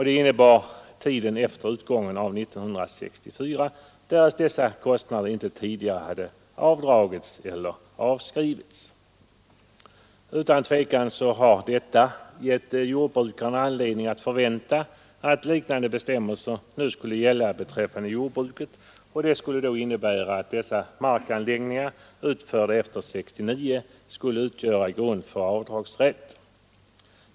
Det innebar tiden efter utgången av 1964, därest dessa kostnader inte tidigare avdragits eller avskrivits. Utan tvekan har detta givit jordbrukarna anledning att förvänta att liknande bestämmelser nu skulle gälla beträffande jordbruket, och det skulle då innebära att markanläggningar utförda efter 1969 skulle utgöra grund för avdragsrätt.